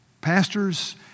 pastors